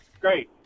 Great